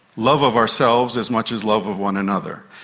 love of ourselves as much as love of one another.